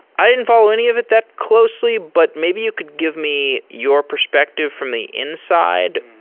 i didn't follow any of it that closely, but maybe you could give me your perspective from the inside.